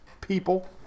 people